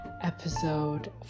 episode